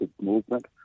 movement